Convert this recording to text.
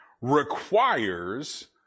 requires